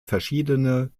verschiedene